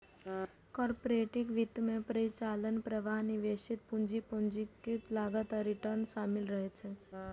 corporate वित्त मे परिचालन प्रवाह, निवेशित पूंजी, पूंजीक लागत आ रिटर्न शामिल रहै छै